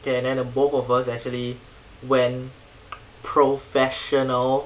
K and then the both of us actually went professional